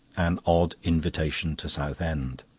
an odd invitation to southend.